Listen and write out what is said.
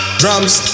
drums